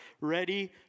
Ready